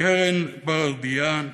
קרן ברדריאן,